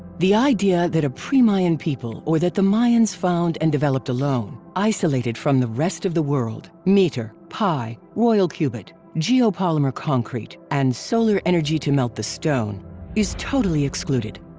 the idea that a pre-mayan people or that the mayans found and developed alone, isolated from the rest of the world, meter, pi, royal cubit, geopolymer concrete, and solar energy to melt the stone is totally excluded.